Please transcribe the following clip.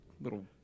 little